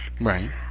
Right